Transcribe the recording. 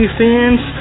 fans